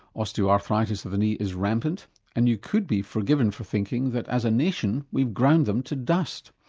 osteoarthritis of the knee is rampant and you could be forgiven for thinking that as a nation we've ground them to dust.